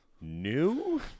new